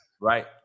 Right